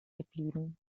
geblieben